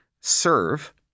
serve